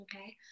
Okay